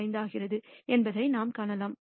75 ஆகிறது என்பதை நாம் காணலாம்